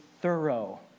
thorough